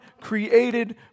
created